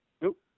Nope